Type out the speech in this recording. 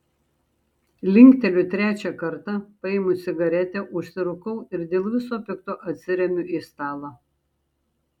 linkteliu trečią kartą paimu cigaretę užsirūkau ir dėl viso pikto atsiremiu į stalą